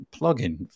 plugin